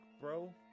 bro